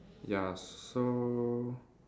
ya so